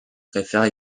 préfère